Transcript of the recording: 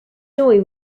joey